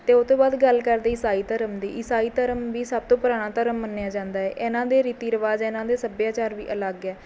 ਅਤੇ ਉਹਤੋਂ ਬਾਅਦ ਗੱਲ ਕਰਦੇ ਈਸਾਈ ਧਰਮ ਦੀ ਈਸਾਈ ਧਰਮ ਵੀ ਸਭ ਤੋਂ ਪੁਰਾਣਾ ਧਰਮ ਮੰਨਿਆ ਜਾਂਦਾ ਏ ਇਹਨਾਂ ਦੇ ਰੀਤੀ ਰਿਵਾਜ਼ ਇਨ੍ਹਾਂ ਦੇ ਸੱਭਿਆਚਾਰ ਵੀ ਅਲੱਗ ਹੈ